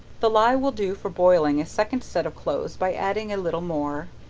the ley will do for boiling a second set of clothes by adding a little more,